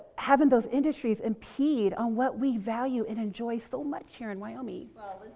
having those industries impede on what we value and enjoy so much here in wyoming? well, listen,